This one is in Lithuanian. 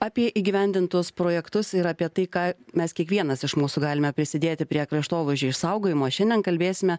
apie įgyvendintus projektus ir apie tai ką mes kiekvienas iš mūsų galime prisidėti prie kraštovaizdžio išsaugojimo šiandien kalbėsime